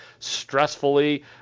stressfully